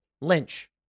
Lynch